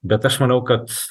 bet aš manau kad